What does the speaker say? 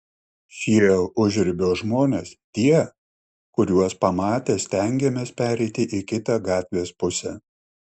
šie užribio žmonės tie kuriuos pamatę stengiamės pereiti į kitą gatvės pusę